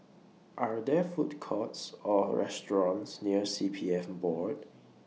Are There Food Courts Or restaurants near C P F Board